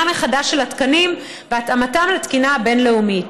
מחדש של התקנים והתאמתם לתקינה הבין-לאומית.